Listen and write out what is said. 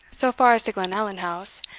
so far as to glenallan house,